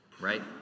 right